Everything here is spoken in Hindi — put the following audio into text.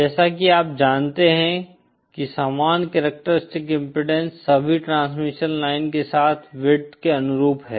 जैसा कि आप जानते हैं कि समान कॅरक्टरिस्टीक्स इम्पीडेन्स सभी ट्रांसमिशन लाइन के साथ विड्थ के अनुरूप है